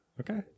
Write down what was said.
okay